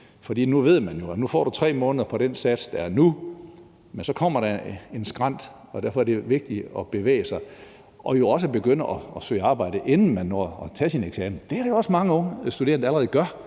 For nu ved man jo, at man får 3 måneder på den her sats, men så kommer der en skrænt, og derfor er det vigtigt at bevæge sig og også begynde at søge arbejde, inden man når at tage sin eksamen. Det er der jo også mange unge studerende der allerede gør.